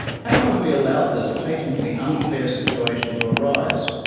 how have we allowed this patently unfair situation to arise,